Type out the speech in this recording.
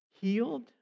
Healed